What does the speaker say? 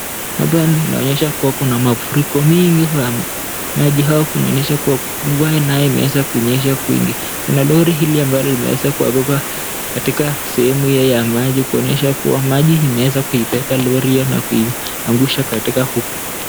Hapa inaonyesha kuwa kuna mafuriko mingi, kuna maji au kunaonyesha kuwa mvua nayo imeweza kuinyesha kwingi. Kuna lori hii ambalo limeweza kuanguka katika sehemu hiyo ya maji, kuonyesha kuwa maji imeweza kuibeba Lori hiyo na kuiangusha katika huko.